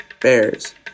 bears